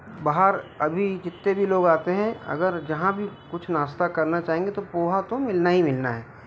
बाहर अभी जितने भी लोग आते हैं अगर जहाँ भी कुछ नास्ता करना चाहेंगे तो पोहा तो मिलना ही मिलना है